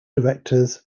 directors